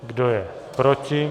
Kdo je proti?